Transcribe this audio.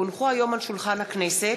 כי הונחו היום על שולחן הכנסת,